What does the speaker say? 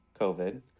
covid